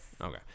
Okay